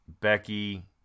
Becky